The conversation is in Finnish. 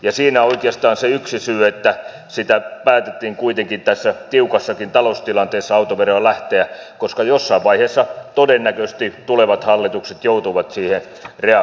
ja siinä oikeastaan on yksi syy siihen että päätettiin kuitenkin tässä tiukassakin taloustilanteessa autoveroon lähteä koska jossain vaiheessa todennäköisesti tulevat hallitukset joutuvat siihen reagoimaan